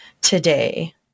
today